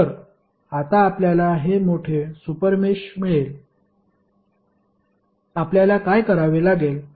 तर आता आपल्याला हे मोठे सुपर मेष मिळेल आपल्याला काय करावे लागेल